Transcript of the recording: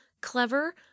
clever